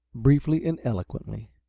briefly and eloquently.